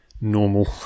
normal